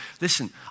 listen